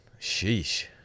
Sheesh